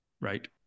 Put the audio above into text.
right